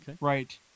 Right